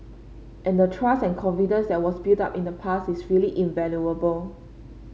and the trust and confidence that was built up in the past is really invaluable